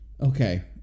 Okay